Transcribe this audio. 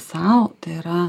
sau tai yra